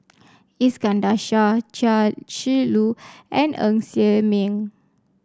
Iskandar Shah Chia Shi Lu and Ng Ser Miang